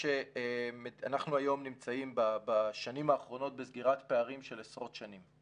אנחנו נמצאים בשנים האחרונות בסגירת פערים של עשרות שנים.